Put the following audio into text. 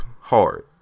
hard